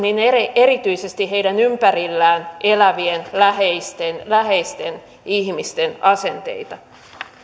erityisesti heidän ympärillään elävien läheisten läheisten ihmisten asenteita